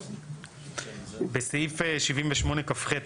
בסעיף 78כח,